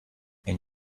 and